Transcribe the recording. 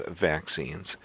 vaccines